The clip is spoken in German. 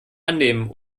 annehmen